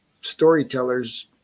storytellers